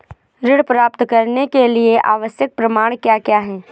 ऋण प्राप्त करने के लिए आवश्यक प्रमाण क्या क्या हैं?